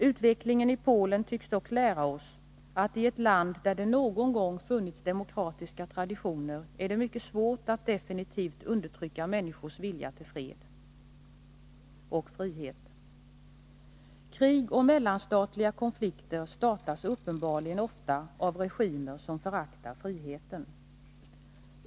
Utvecklingen i Polen tycks dock lära oss, att i ett land där det någon gång funnits demokratiska traditioner är det mycket svårt att definitivt undertrycka människors vilja till fred och frihet. Krig och mellanstatliga konflikter startas uppenbarligen ofta av regimer som föraktar friheten.